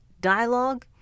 dialogue